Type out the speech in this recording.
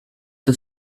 the